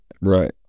Right